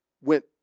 went